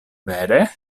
vere